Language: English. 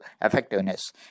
effectiveness